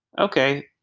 Okay